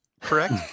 correct